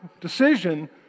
decision